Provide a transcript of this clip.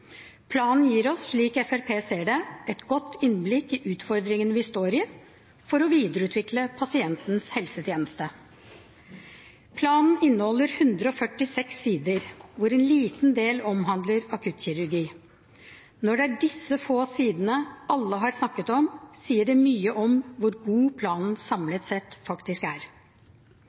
Planen gir oss, slik Fremskrittspartiet ser det, et godt innblikk i utfordringene vi står i for å videreutvikle pasientens helsetjeneste. Planen inneholder 146 sider, hvorav en liten del omhandler akuttkirurgi. Når det er disse få sidene alle har snakket om, sier det mye om hvor god planen samlet sett faktisk er.